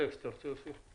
אלכס, אתה רוצה להוסיף משהו?